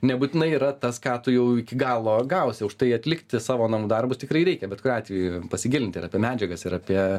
nebūtinai yra tas ką tu jau iki galo gausi už tai atlikti savo namų darbus tikrai reikia bet kuriuo atveju pasigilinti ir apie medžiagas ir apie